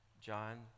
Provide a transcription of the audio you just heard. John